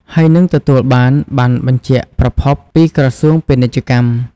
ហើយនឺងទទួលបានប័ណ្ណបញ្ជាក់ប្រភព ពីក្រសួងពាណិជ្ជកម្ម។